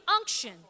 unction